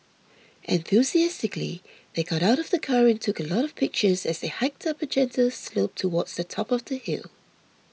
enthusiastically they got out of the car and took a lot of pictures as they hiked up a gentle slope towards the top of the hill